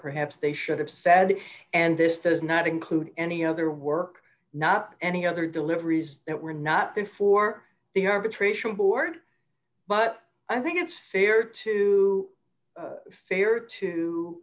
perhaps they should have sadly and this does not include any other work not any other deliveries that were not before the arbitration board but i think it's fair to fair